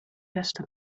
beste